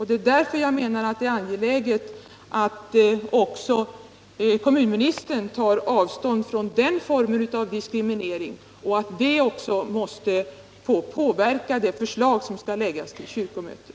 Det är därför jag menar det är angeläget att också kommunministern tar avstånd från den formen av diskriminering och att detta måste få påverka det förslag som skall framläggas till kyrkomötet.